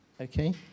Okay